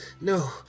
no